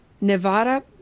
Nevada